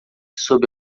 sob